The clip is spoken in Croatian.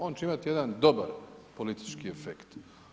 On će imati jedan dobar politički efekt.